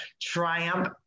Triumph